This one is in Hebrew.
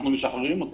אנחנו משחררים אותן.